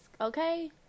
okay